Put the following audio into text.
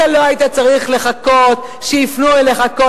אתה לא היית צריך לחכות שיפנו אליך כל